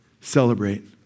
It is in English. Celebrate